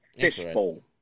fishbowl